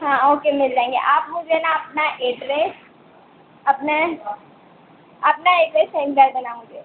हाँ ओके मिल जाएंगे आप मुझे ना अपना एड्रेस अपने अपना एड्रेस सेंड कर देना मुझे